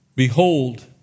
Behold